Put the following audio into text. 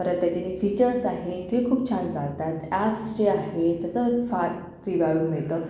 परत त्याचे जे फीचर्स आहे ते खूप छान चालतात ॲप्स् जे आहेत त्याचं फास्ट फीडबॅक मिळतं